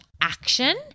Action